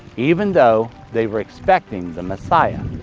even though they were expecting the messiah.